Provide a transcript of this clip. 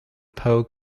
poe